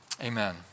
Amen